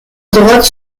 droite